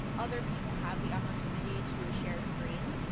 other people have the opportunity to share screen.